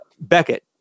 Beckett